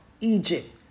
Egypt